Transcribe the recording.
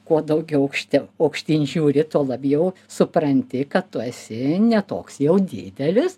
kuo daugiau aukšti aukštyn žiūri tuo labiau supranti kad tu esi ne toks jau didelis